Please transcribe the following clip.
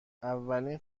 اولین